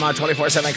24/7